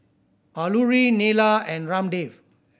Alluri Neila and Ramdev